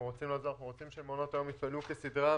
אנחנו רוצים שמעונות היום יפעלו כסדרם,